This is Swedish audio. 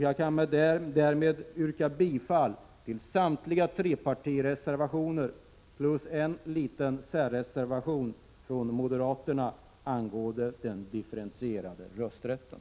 Jag kan därmed yrka bifall till samtliga trepartireservationer plus en liten särreservation från moderaterna angående den differentierade rösträtten.